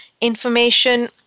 Information